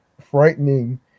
frightening